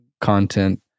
content